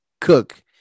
Cook